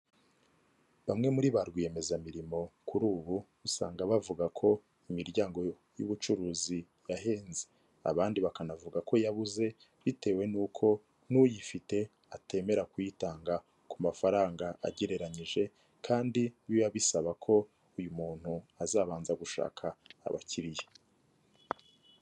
Bamwe muri ba rwiyemezamirimo kuri ubu usanga bavuga ko imiryango y'ubucuruzi yahenze. Abandi bakanavuga ko yabuze, bitewe n'uko n'uyifite atemera kuyitanga ku mafaranga agereranyije kandi biba bisaba ko uyu muntu azabanza gushaka abakiriya.